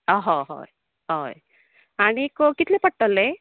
आहो होय ओय आनीक कितलें पडटलें